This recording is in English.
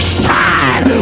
shine